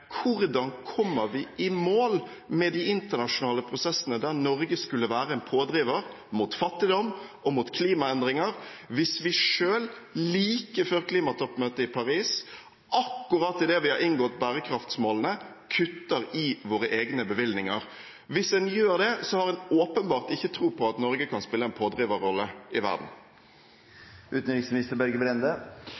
Hvordan kommer vi i mål med de internasjonale prosessene der Norge skulle være en pådriver mot fattigdom og mot klimaendringer, hvis vi selv like før klimatoppmøtet i Paris, akkurat idet vi har inngått bærekraftsmålene, kutter i våre egne bevilgninger? Hvis en gjør det, så har en åpenbart ikke tro på at Norge kan spille en pådriverrolle i